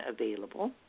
available